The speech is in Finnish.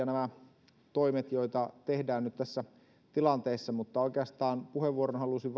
nämä toimet joita tehdään nyt tässä tilanteessa olla vielä jossain määrin tarkoituksenmukaisempia mutta oikeastaan puheenvuoron halusin